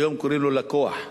היום קוראים לו "לקוח".